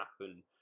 happen